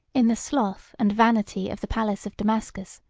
in the sloth and vanity of the palace of damascus,